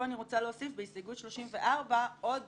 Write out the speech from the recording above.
פה אני רוצה להוסיף, בהסתייגות 34, עוד